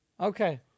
Okay